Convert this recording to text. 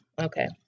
Okay